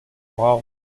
brav